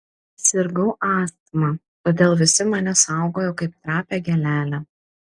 sirgau astma todėl visi mane saugojo kaip trapią gėlelę